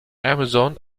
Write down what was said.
amazon